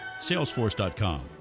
salesforce.com